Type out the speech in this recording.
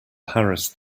harass